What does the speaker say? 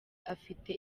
afite